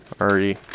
already